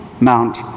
Mount